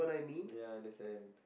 ya understand